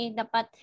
dapat